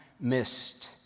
missed